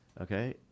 Okay